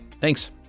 Thanks